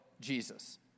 Jesus